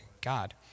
God